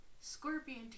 Scorpion